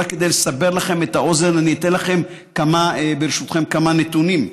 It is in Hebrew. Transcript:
רק כדי לסבר לכם את האוזן אתן לכם כמה נתונים,